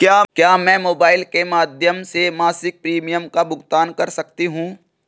क्या मैं मोबाइल के माध्यम से मासिक प्रिमियम का भुगतान कर सकती हूँ?